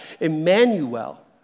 Emmanuel